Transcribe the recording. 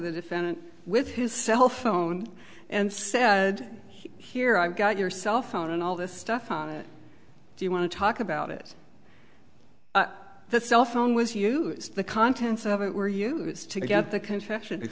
the defendant with his cell phone and said here i've got your cell phone and all this stuff do you want to talk about it the cell phone was used the contents of it were used to get the